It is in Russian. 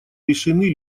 решены